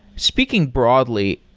speaking broadly,